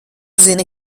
zini